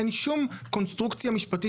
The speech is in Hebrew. אין שום קונסטרוקציה משפטית,